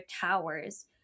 towers